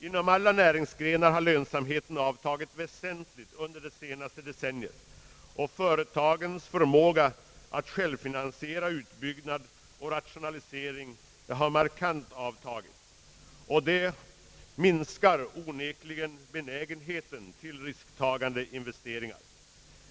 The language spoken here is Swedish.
Inom alla näringsgrenar har lönsamheten avtagit väsentligt under det senaste decenniet, och företagens förmåga att själva finansiera utbyggnad och rationalisering har markant nedgått. Detta minskar onekligen benägenheten till risktagande investeringar.